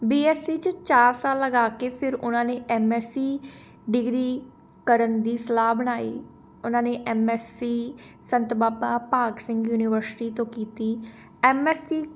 BSc 'ਚ ਚਾਰ ਸਾਲ ਲਗਾ ਕੇ ਫਿਰ ਉਹਨਾਂ ਨੇ ਐੱਮਐੱਸਸੀ ਡਿਗਰੀ ਕਰਨ ਦੀ ਸਲਾਹ ਬਣਾਈ ਉਹਨਾਂ ਨੇ ਐੱਮਐੱਸਸੀ ਸੰਤ ਬਾਬਾ ਭਾਗ ਸਿੰਘ ਯੂਨੀਵਰਸਿਟੀ ਤੋਂ ਕੀਤੀ ਐੱਮਐੱਸਸੀ